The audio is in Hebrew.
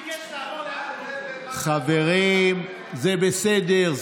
חברים, זה בסדר.